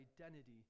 identity